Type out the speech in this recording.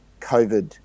COVID